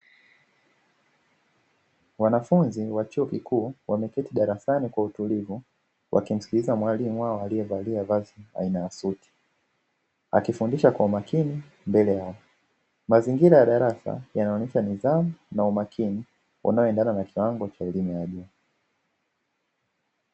Wanafunzi wa chuo kikuu wameketi darasani kwa utulivu, wakimskiliza mwalimu wao alievalia vazi aina ya suti. Akifundisha kwa umakini mbele yao. Mazingira ya darasa, yanaonesha nidhamu na umakini unaoendana na kiwango cha elimu ya juu.